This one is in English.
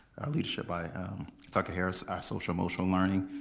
our leadership by tucker harris, our social emotional learning.